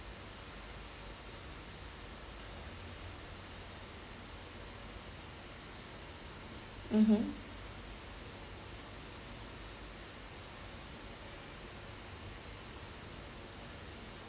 mmhmm